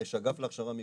יש אגף להכשרה מקצועית,